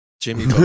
Jimmy